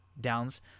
Downs